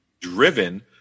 driven